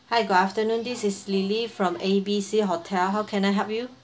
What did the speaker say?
hi good afternoon this is lily from A B C hotel how can I help you